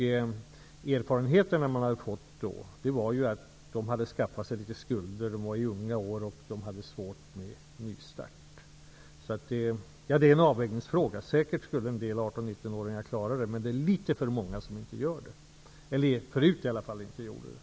De erfarenheter som man hade gjort var att ungdomarna skaffade sig skulder tidigt och hade svårt att få en ny start. Detta är en avvägningsfråga. Säkerligen skulle en del 18--19-åringar klara uppgiften, men det var i varje fall tidigare litet för många som inte gjorde det.